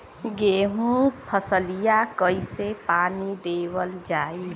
गेहूँक फसलिया कईसे पानी देवल जाई?